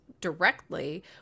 directly